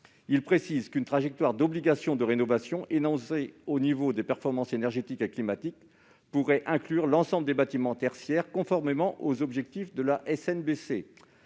Il précise qu'une trajectoire d'obligation de rénovation, exprimée en termes de performances énergétiques et climatiques, pourrait inclure l'ensemble des bâtiments tertiaires, conformément aux objectifs de la